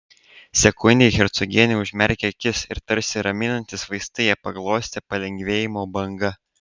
sekundei hercogienė užmerkė akis ir tarsi raminantys vaistai ją paglostė palengvėjimo banga